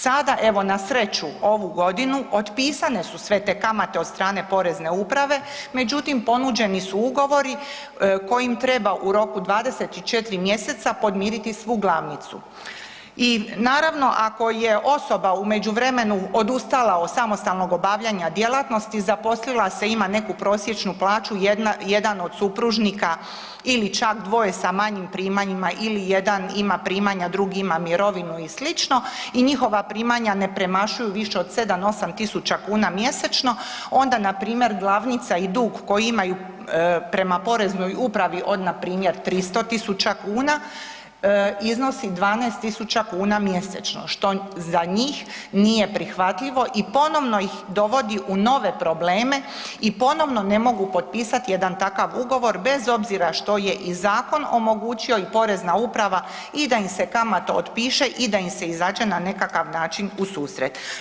Sada evo na sreću, ovu godinu otpisane su sve te kamate od strane Porezne uprave, međutim ponuđeni su ugovori kojim treba u roku 24 mjeseca podmiriti svu glavnicu i naravno ako je osoba u međuvremenu odustala od samostalnog obavljanja djelatnosti, zaposlila se, ima neku prosječnu plaću jedan od supružnika ili čak dvoje sa manjim primanjima ili jedan ima primanja drugi ima mirovinu i sl. i njihova primanja ne premašuju više od 7, 8 tisuća kuna mjesečno onda npr. glavnica i dug koji imaju prema Poreznoj upravi od npr. 300.000 kuna iznosi 12.000 kuna mjesečno što za njih nije prihvatljivo i ponovno ih dovodi u nove probleme i ponovno ne mogu potpisati jedan takav ugovor bez obzira i što je i zakon omogućio i Porezna uprava i da im se kamata otpiše i da im se izađe na nekakav način u susret.